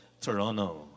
Toronto